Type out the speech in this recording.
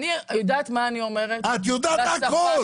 אני יודעת מה אני אומרת -- את יודעת הכל,